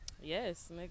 Yes